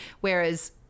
Whereas